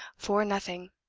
for nothing.